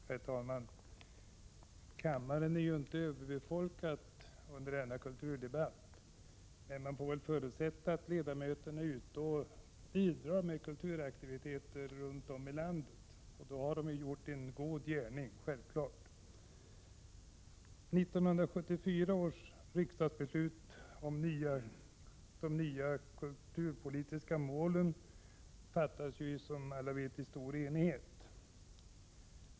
Herr talman! Kammaren är inte överbefolkad under denna kulturdebatt, men man får väl förutsätta att ledamöterna är ute och bidrar med kulturaktiviteter runt om i landet, och då har de självfallet gjort en god gärning. 1974 års riksdagsbeslut om de nya kulturpolitiska målen fattades som alla vet i stor enighet.